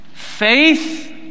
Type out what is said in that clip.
Faith